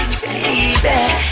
baby